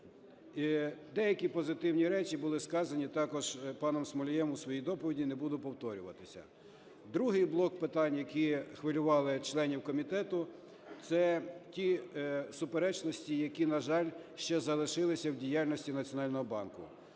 Деякі позитивні речі були сказані також паном Смолієм у своїй доповіді, не буду повторюватися. Другий блок питань, які хвилювали членів комітету – це ті суперечності, які, на жаль, ще залишилися в діяльності Національного банку.